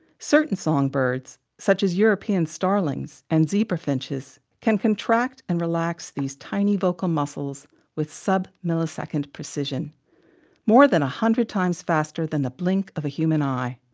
certain songbirds, such as european starlings and zebra finches, can contract and relax these tiny vocal muscles with sub millisecond precision more than a hundred times faster than the blink of a human eye.